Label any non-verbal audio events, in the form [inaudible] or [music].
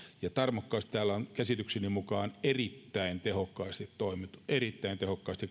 ja tarmokkaasti täällä on käsitykseni mukaan erittäin tehokkaasti toimittu erittäin tehokkaasti [unintelligible]